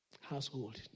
Household